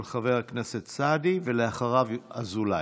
של חבר הכנסת סעדי, ואחריו, אזולאי.